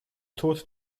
tod